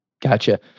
Gotcha